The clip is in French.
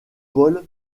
paul